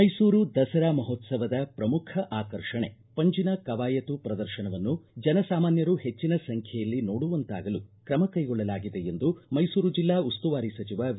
ಮೈಸೂರು ದಸರಾ ಮಹೋತ್ಸವದ ಪ್ರಮುಖ ಆಕರ್ಷಣೆ ಪಂಜಿನ ಕವಾಯತು ಪ್ರದರ್ಶನವನ್ನು ಜನಸಾಮಾನ್ಯರು ಹೆಚ್ಚಿನ ಸಂಖ್ಯೆಯಲ್ಲಿ ನೋಡುವಂತಾಗಲು ಕ್ರಮ ಕೈಗೊಳ್ಳಲಾಗಿದೆ ಎಂದು ಮೈಸೂರು ಜಿಲ್ಲಾ ಉಸ್ತುವಾರಿ ಸಚಿವ ವಿ